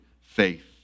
faith